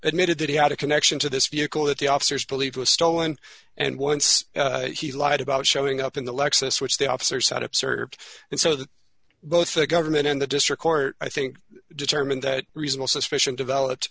admitted that he had a connection to this vehicle that the officers believe was stolen and once he lied about showing up in the lexus which the officer said observed and so that both the government and the district court i think determine that reasonable suspicion developed